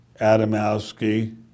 Adamowski